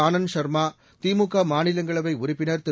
ஆளந்த் சர்மா திமுக மாநிலங்களவை உறுப்பினர் திரு